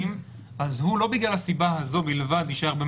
אלא אין לו את האפשרות להסכים,